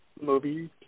movies